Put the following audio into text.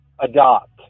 adopt